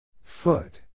Foot